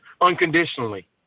unconditionally